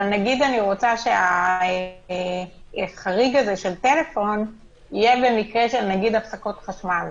אבל נגיד אני רוצה שהחריג הזה של טלפון יהיה במקרה של הפסקות חשמל,